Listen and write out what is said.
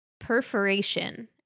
perforation